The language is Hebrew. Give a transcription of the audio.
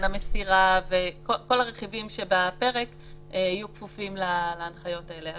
המסירה וכל הרכיבים שבפרק יהיו כפופים להנחיות האלה.